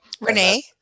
Renee